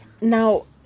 Now